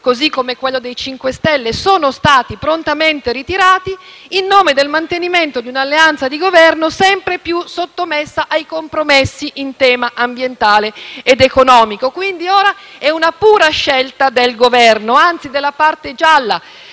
così come quello dei 5 Stelle sono stati prontamente ritirati, in nome del mantenimento di un'alleanza di Governo sempre più sottomessa ai compromessi in tema ambientale ed economico. Quindi ora è una pura scelta del Governo, anzi della parte gialla